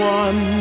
one